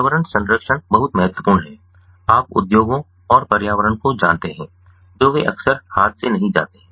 पर्यावरण संरक्षण बहुत महत्वपूर्ण है आप उद्योगों और पर्यावरण को जानते हैं जो वे अक्सर हाथ से नहीं जाते हैं